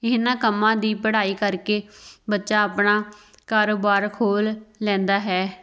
ਇਹਨਾਂ ਕੰਮਾਂ ਦੀ ਪੜ੍ਹਾਈ ਕਰਕੇ ਬੱਚਾ ਆਪਣਾ ਕਾਰੋਬਾਰ ਖੋਲ੍ਹ ਲੈਂਦਾ ਹੈ